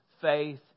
faith